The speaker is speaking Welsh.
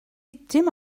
dim